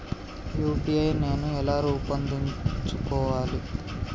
UPI నేను ఎలా రూపొందించుకోవాలి?